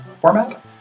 format